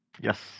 Yes